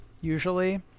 usually